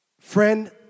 Friend